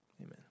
amen